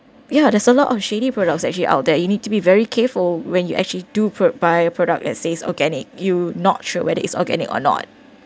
ya there's a lot of shady products actually out there you need to be very careful when you actually do pr~ buy a product it says organic you not sure whether it's organic or not